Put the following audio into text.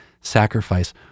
sacrifice